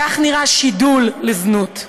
כך נראה שידול לזנות.